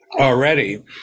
already